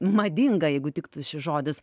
madinga jeigu tiktų šis žodis